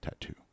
tattoo